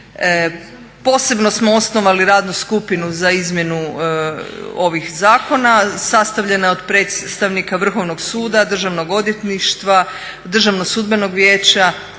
Posebno smo osnovali radnu skupinu za izmjenu ovih zakona. Sastavljena je od predstavnika Vrhovnog suda, Državnog odvjetništva, Državnog sudbenog vijeća,